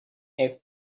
and